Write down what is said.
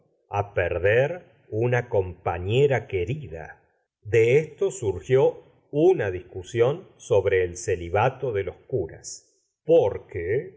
á perder una compañera querida de esto surgió una discusión sobre el celibato de